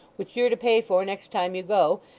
which you're to pay for next time you go,